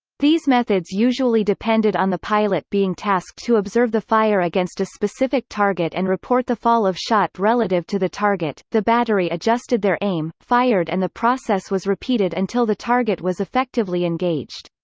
these methods usually depended on the pilot being tasked to observe the fire against a specific target and report the fall of shot relative to the target, the battery adjusted their aim, fired and the process was repeated until the target was effectively engaged.